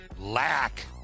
lack